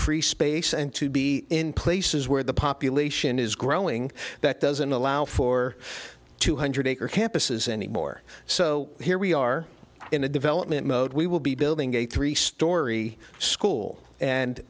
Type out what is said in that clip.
free space and to be in places where the population is growing that doesn't allow for two hundred acre campuses anymore so here we are in a development mode we will be building a three story school and